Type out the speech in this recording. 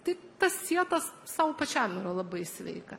tai tas sietas sau pačiam yra labai sveika